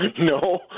No